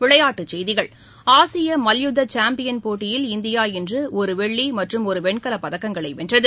விளையாட்டுச் செய்திகள் ஆசிய மல்யுத்த சாம்பியள் போட்டியில் இந்தியா இன்று ஒரு வெள்ளி மற்றும் ஒரு வெண்கலப் பதக்கங்களை வென்றது